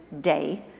day